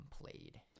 played